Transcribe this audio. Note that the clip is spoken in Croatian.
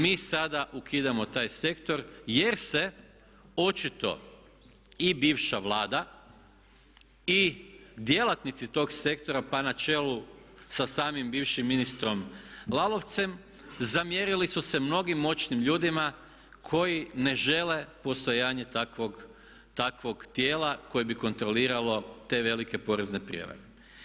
Mi sada ukidamo taj sektor jer se očito i bivša Vlada i djelatnici tog sektora pa na čelu sa samim bivšim ministrom Lalovcem zamjerili su se mnogim moćnim ljudima koji ne žele postojanje takvog tijela koje bi kontroliralo te velike porezne prijevare.